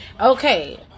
okay